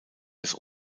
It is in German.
des